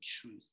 truth